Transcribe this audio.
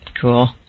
Cool